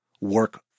work